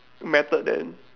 method then